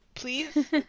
Please